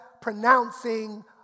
pronouncing